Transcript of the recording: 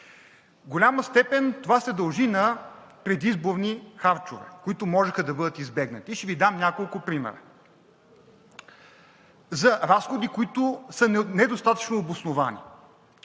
голяма степен това се дължи на предизборни харчове, които можеха да бъдат избегнати – и ще Ви дам няколко примера за разходи, които са недостатъчно обосновани.